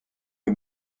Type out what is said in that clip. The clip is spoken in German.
wir